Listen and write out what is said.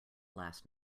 last